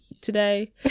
today